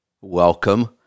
Welcome